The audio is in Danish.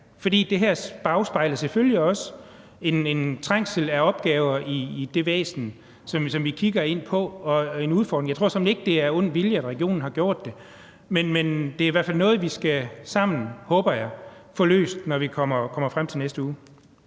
også afspejler den udfordring, der er med trængsel af opgaver i det væsen, som vi kigger på. Jeg tror såmænd ikke, at det er af ond vilje, at regionen har gjort det, men det er i hvert fald noget, vi sammen, håber jeg, skal få løst, når vi kommer frem til næste uge.